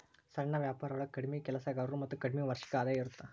ಸಣ್ಣ ವ್ಯಾಪಾರೊಳಗ ಕಡ್ಮಿ ಕೆಲಸಗಾರರು ಮತ್ತ ಕಡ್ಮಿ ವಾರ್ಷಿಕ ಆದಾಯ ಇರತ್ತ